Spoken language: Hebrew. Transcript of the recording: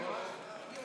תמה ההצבעה.